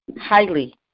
highly